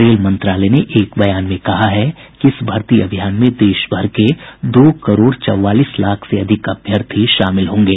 rail मंत्रालय ने एक बयान में कहा है कि इस भर्ती अभियान में देशभर के दो करोड़ चौवालीस लाख से अधिक अभ्यर्थी शामिल होंगे